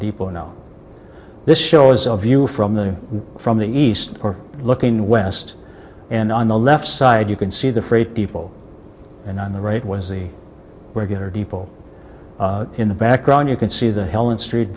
know this shows the view from the from the east looking west and on the left side you can see the freight people and on the right was the regular people in the background you can see the helen street